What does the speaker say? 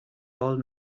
all